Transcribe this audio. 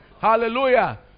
Hallelujah